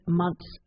months